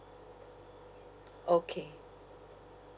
okay